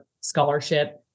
scholarship